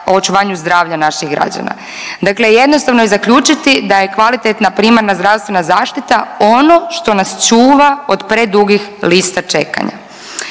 i očuvanju zdravlja naših građana. Dakle, jednostavno je zaključiti da je kvalitetna primarna zdravstvena zaštita ono što nas čuva od predugih lista čekanja.